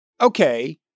Okay